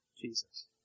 Jesus